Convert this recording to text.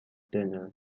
dinner